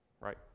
Right